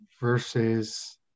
versus